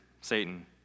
Satan